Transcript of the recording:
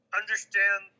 understand